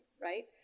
right